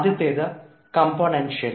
ആദ്യത്തേത് കംപോനൺഷ്യൽ